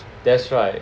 that's right